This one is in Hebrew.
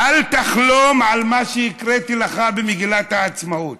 אל תחלום על מה שהקראתי לך במגילת העצמאות.